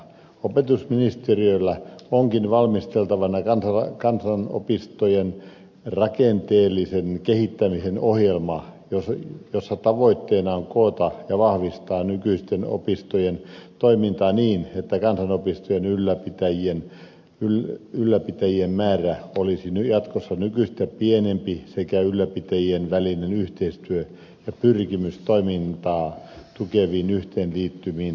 opetusministeriöllä onkin valmisteltavana kansanopistojen rakenteellisen kehittämisen ohjelma jossa tavoitteena on koota ja vahvistaa nykyisten opistojen toimintaa niin että kansanopistojen ylläpitäjien määrä olisi jatkossa nykyistä pienempi sekä ylläpitäjien välinen yhteistyö ja pyrkimys toimintaa tukeviin yhteenliittymiin suunnitelmallista